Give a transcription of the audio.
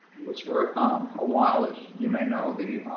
was for a while, as you may know, the